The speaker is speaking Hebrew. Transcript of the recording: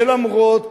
ולמרות